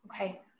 Okay